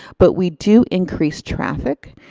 but we do increase traffic.